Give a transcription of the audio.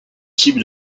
type